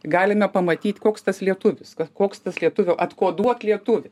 galime pamatyt koks tas lietuvis koks tas lietuvio atkoduok lietuvį